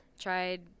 tried